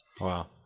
Wow